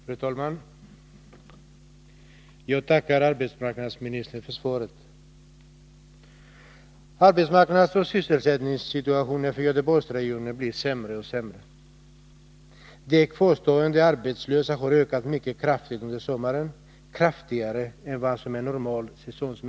Fru talman! Jag tackar arbetsmarknadsministern för svaret. Arbetsmarknadsoch sysselsättningssituationen för Göteborgsregionen blir sämre och sämre. Antalet kvarstående arbetslösa har ökat mycket kraftigt under sommaren, kraftigare än vad som är normalt för säsongen.